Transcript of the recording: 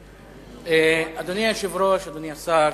אדוני היושב-ראש, אדוני השר,